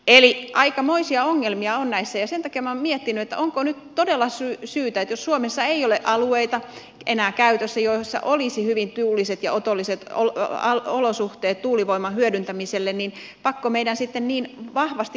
eli aikamoisia ongelmia on näissä ja sen takia minä olen miettinyt että jos suomessa ei ole alueita enää käytettävissä joilla olisi hyvin tuuliset ja otolliset olosuhteet tuulivoiman hyödyntämiselle niin pakkoko meidän on sitten niin vahvasti mennä tuulivoimaenergiaan